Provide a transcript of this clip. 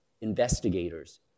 investigators